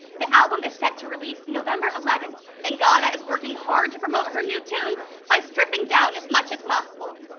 the album is set to release november eleven, and gaga is working hard to promote her new tunes. by stripping down as much as possible.